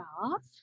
off